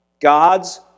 God's